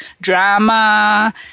drama